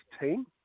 team